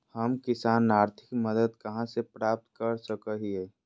हम किसान आर्थिक मदत कहा से प्राप्त कर सको हियय?